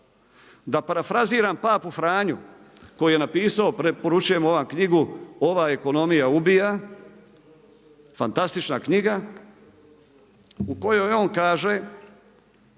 Da parafraziram papu Franju koji je napisao preporučujemo vam knjigu, ova ekonomija ubija, fantastična knjiga u kojoj on kaže,